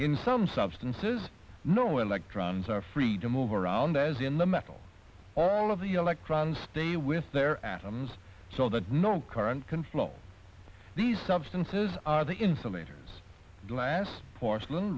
in some substances no electrons are free to move around as in the metal all of the electrons stay with their atoms so that no current can flow these substances the insulators glass porcelain